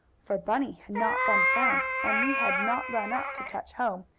for bunny had not been found, and he had not run up to touch home,